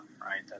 right